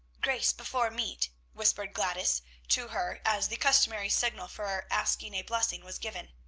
grace before meat, whispered gladys to her as the customary signal for asking a blessing was given.